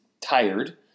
tired